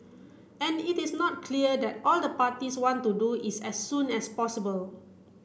and it is not clear that all the parties want to do is as soon as possible